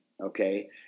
Okay